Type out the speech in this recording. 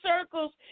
circles